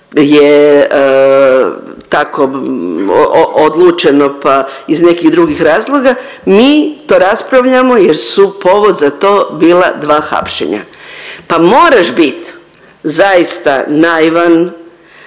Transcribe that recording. je tako odlučeno pa iz nekih drugih razloga, mi to raspravljamo jer su povod za to bila dva hapšenja. Pa moraš bit zaista naivan